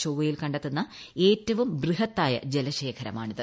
ചൊവ്വയിൽ കണ്ടെത്തുന്ന ഏറ്റവും ബൃഹത്തായ ജലശേഖരമാണിത്